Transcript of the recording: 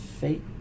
fate